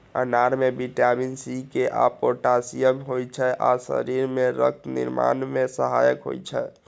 अनार मे vitamin C, के आ पोटेशियम होइ छै आ शरीर मे रक्त निर्माण मे सहायक होइ छै